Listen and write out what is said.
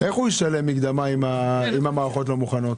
איך הוא ישלם מקדמה אם המערכות לא מוכנות?